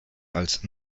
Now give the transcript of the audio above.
als